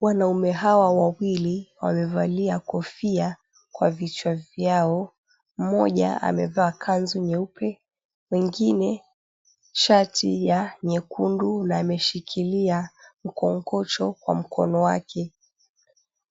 Wanaume hawa wawili wamevalia kofia kwa vichwa vyao. Mmoja amevaa kanzu nyeupe, mwengine shati ya nyekundu na ameshikilia mkongojo kwa mkono wake.